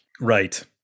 Right